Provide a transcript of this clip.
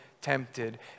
tempted